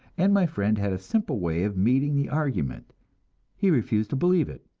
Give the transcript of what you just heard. and my friend had a simple way of meeting the argument he refused to believe it.